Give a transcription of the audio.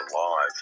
alive